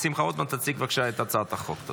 שמחה רוטמן, בבקשה, תציג את הצעת החוק.